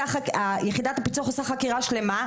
יחידת הפיצו"ח עושה חקירה שלמה,